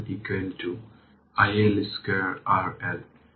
inductor 1 এবং inductor 2 এর জন্য একই প্যারালেল ইন্ডাক্টর 2 আছে